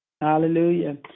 hallelujah